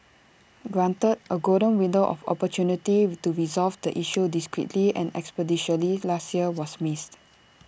granted A golden window of opportunity to resolve the issue discreetly and expeditiously last year was missed